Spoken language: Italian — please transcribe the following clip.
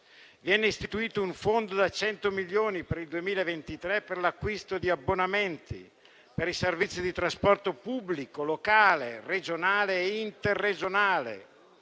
Viene istituito un fondo da cento milioni per il 2023 per l'acquisto di abbonamenti per i servizi di trasporto pubblico, locale, regionale e interregionale